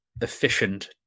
efficient